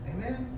Amen